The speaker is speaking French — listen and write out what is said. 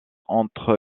entre